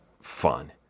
fun